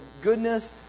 goodness